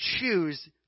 Choose